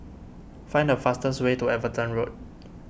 find the fastest way to Everton Road